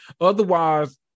otherwise